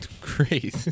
crazy